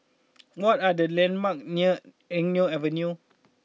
what are the landmarks near Eng Neo Avenue